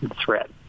threat